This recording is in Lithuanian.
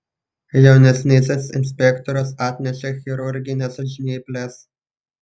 jaunesnysis inspektorius atnešė chirurgines žnyples